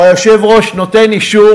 או היושב-ראש נותן אישור,